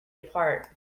apart